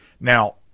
Now